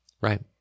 right